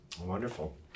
Wonderful